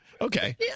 Okay